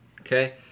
okay